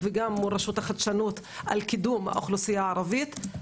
עד שאנחנו עשינו את כל המאמצים והתוכניות